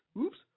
oops